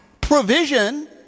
provision